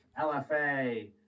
LFA